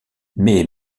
mais